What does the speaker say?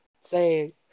say